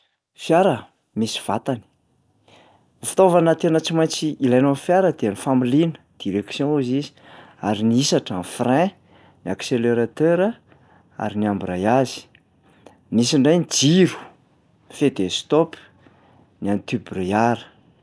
Fiara? Misy vatany, fitaovana tena tsy maintsy ilaina ao am'fiara dia ny familiana, direction hozy izy ary ny hisatra- ny frein, ny accélérateura ary ny embrallage. Misy indray ny jiro: ny feu de stop, ny antibrouillard.